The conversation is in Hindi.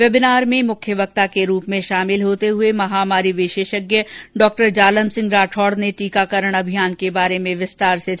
वेबिनार में मुख्य वक्ता के रूप में शामिल होते हुए महामारी विशेषज्ञ डॉ जालम सिंह राठौड़ ने टीकाकरण अभियान के बारे में विस्तार से जानकारी दी